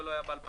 לא היה ב-2018.